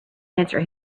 answer